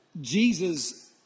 Jesus